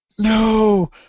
No